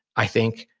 i think,